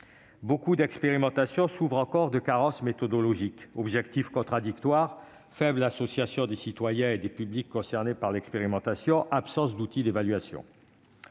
Nombre d'expérimentations souffrent encore de carences méthodologiques : objectifs contradictoires, faible association des citoyens et des publics concernés par l'expérimentation ou encore absence d'outils d'évaluation.